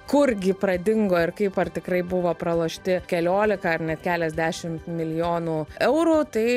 kurgi pradingo ir kaip ar tikrai buvo pralošti keliolika ar net keliasdešim milijonų eurų tai